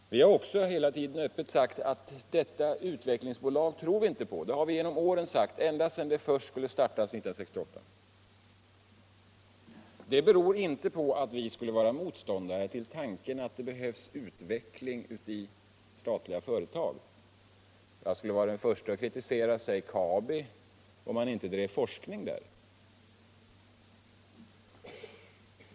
Vi har också hela tiden öppet sagt att detta utvecklingsbolag tror vi inte på — det har vi genom åren sagt, ända sedan det skulle startas 1968. Det beror inte på att vi skulle vara motståndare till tanken att det behövs utveckling i statliga företag. Jag skulle vara den förste att kritisera låt mig säga Kabi, om man inte bedrev forskning där.